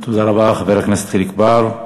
תודה רבה, חבר הכנסת חיליק בר.